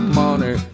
money